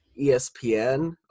espn